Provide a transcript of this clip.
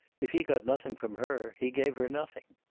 if he got nothing from her, he gave her nothing.